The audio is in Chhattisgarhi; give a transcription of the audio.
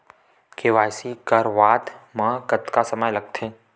के.वाई.सी करवात म कतका समय लगथे?